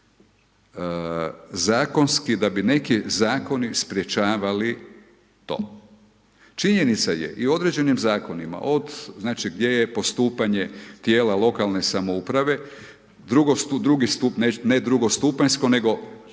zakonski da bi neki zakoni sprječavali to. Činjenica je i u određenim zakonima od znači gdje je postupanje tijela lokalne samouprave drugi stup ne drugostupanjsko nego